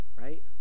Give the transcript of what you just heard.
right